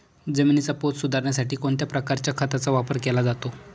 जमिनीचा पोत सुधारण्यासाठी कोणत्या प्रकारच्या खताचा वापर केला जातो?